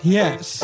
yes